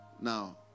Now